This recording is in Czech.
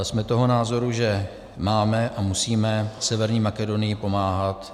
Jsme toho názoru, že máme a musíme Severní Makedonii pomáhat.